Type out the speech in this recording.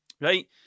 right